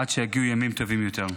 עד שיגיעו ימים טובים יותר.